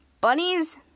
Bunnies